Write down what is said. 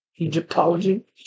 Egyptology